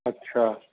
अच्छा